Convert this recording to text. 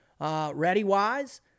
ReadyWise